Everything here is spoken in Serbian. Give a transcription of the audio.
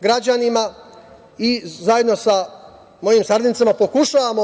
građanima i zajedno sa mojim saradnicima pokušavam